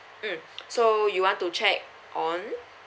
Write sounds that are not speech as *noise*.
mm *noise* so you want to check on